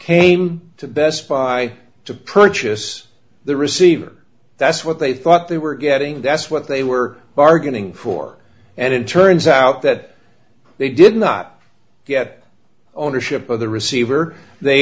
came to best buy to purchase the receiver that's what they thought they were getting that's what they were bargaining for and it turns out that they did not get ownership of the receiver they